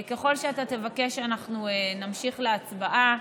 ככל שאתה תבקש, אנחנו נמשיך להצבעה,